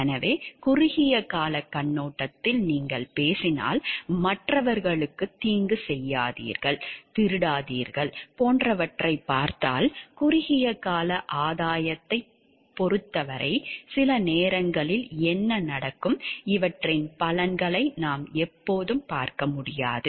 எனவே குறுகிய காலக் கண்ணோட்டத்தில் நீங்கள் பேசினால் மற்றவர்களுக்குத் தீங்கு செய்யாதீர்கள் திருடாதீர்கள் போன்றவற்றைப் பார்த்தால் குறுகிய கால ஆதாயத்தைப் பொறுத்தவரை சில நேரங்களில் என்ன நடக்கும் இவற்றின் பலன்களை நாம் எப்போதும் பார்க்க முடியாது